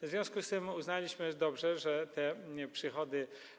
W związku z tym uznaliśmy: dobrze, mogą być przychody.